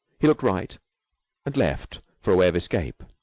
he looked right and left for a way of escape.